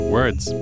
words